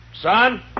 Son